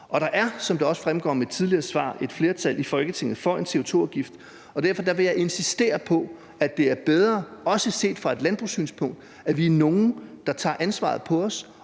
Og der er, som det også fremgår af mit tidligere svar, et flertal i Folketinget for en CO2-afgift, og derfor vil jeg insistere på, at det er bedre, også set fra et landbrugssynspunkt, at vi er nogle, der tager ansvaret på os